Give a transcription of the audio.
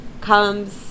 comes